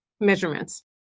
measurements